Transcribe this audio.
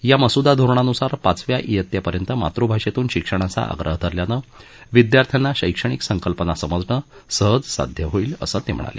या मसुदा धोरणानुसार पाचव्या वित्तेपर्यंत मातृभाषेतून शिक्षणाचा आग्रह धरल्यानं विद्यार्थ्यांना शैक्षणिक संकल्पना समजणं सहज साध्य होईल असं ते म्हणाले